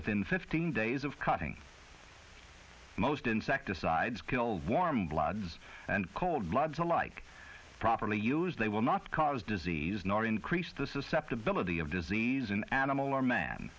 within fifteen days of cutting most insecticides kills warmbloods and cold bloods alike properly used they will not cause disease nor increase the susceptibility of disease in animal or man